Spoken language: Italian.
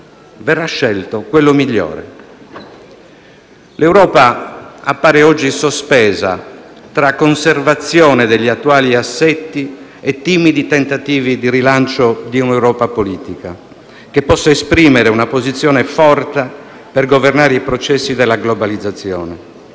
verrà scelto quello migliore. L'Europa appare oggi sospesa tra conservazione degli attuali assetti e timidi tentativi di rilancio di un'Europa politica, che possa esprimere una posizione forte per governare i processi della globalizzazione.